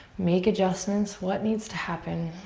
make adjustments. what needs to happen?